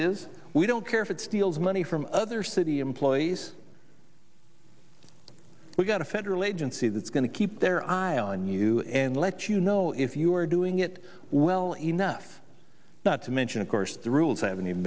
is we don't care if it steals money from other city employees we've got a federal agency that's going to keep their eye on you and let you know if you are doing it well enough not to mention of course the rules haven't even